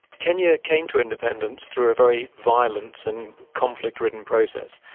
kenya came to independence through a very violent and conflict ridden process.